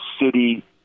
city –